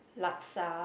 laksa